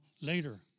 later